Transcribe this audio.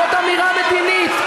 זאת אמירה מדינית.